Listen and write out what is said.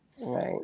right